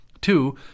Two